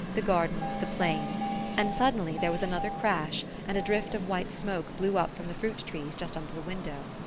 the gardens, the plain and suddenly there was another crash and a drift of white smoke blew up from the fruit-trees just under the window.